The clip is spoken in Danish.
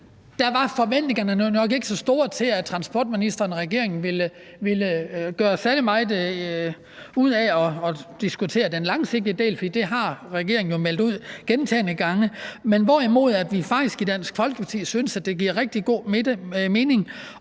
Der var forventningerne nok ikke så store til, at transportministeren og regeringen ville gøre særlig meget ud af at diskutere den langsigtede del, for det har regeringen jo gentagne gange meldt ud. Derimod synes vi i Dansk Folkeparti, at det giver rigtig god mening